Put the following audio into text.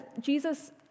Jesus